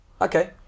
Okay